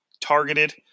targeted